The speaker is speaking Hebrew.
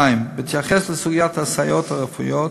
2. בהתייחס לסוגיית הסייעות הרפואיות,